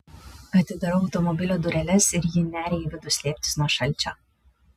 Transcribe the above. atidarau automobilio dureles ir ji neria į vidų slėptis nuo šalčio